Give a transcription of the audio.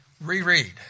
reread